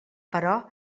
però